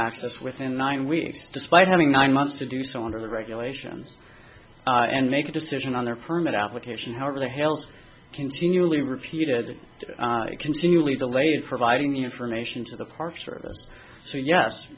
access within nine weeks despite having nine months to do so under the regulations and make a decision on their permit application however the hills continually repeated it continually delayed providing information to the park service so yes